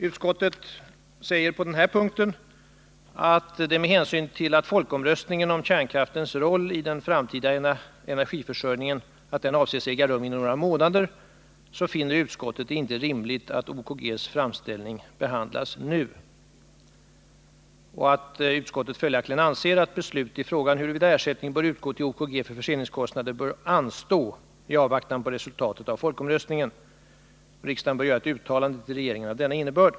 Utskottet säger på den här punkten att med hänsyn till att folkomröstningen om kärnkraftens roll i den framtida energiförsörjningen avses äga rum inom några månader finner utskottet det inte rimligt att OKG:s framställning behandlas nu och att utskottet följaktligen anser att beslut i frågan om huruvida ersättning bör utgå till OKG för förseningskostnader bör anstå i avvaktan på resultatet av folkomröstningen. Riksdagen bör göra ett uttalande till regeringen av denna innebörd.